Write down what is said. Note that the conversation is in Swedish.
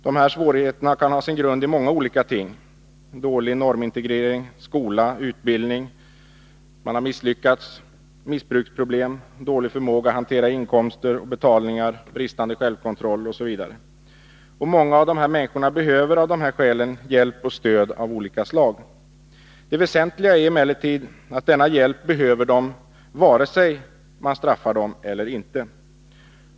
Dessa svårigheter kan ha sin grund i många olika ting: dålig normintegrering, misslyckande med skola och utbildning, missbruksproblem, dålig förmåga att hantera inkomster och betalningar, bristande självkontroll osv. Många av dessa människor behöver av dessa skäl hjälp och stöd av olika slag. Det väsentliga är emellertid att de behöver denna hjälp vare sig man straffar dem eller inte.